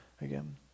again